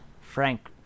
Frank